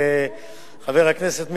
לחבר הכנסת מיכאלי,